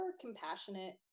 compassionate